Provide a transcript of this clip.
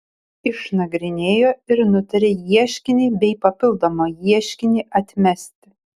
išnagrinėjo ir nutarė ieškinį bei papildomą ieškinį atmesti